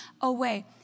away